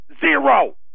zero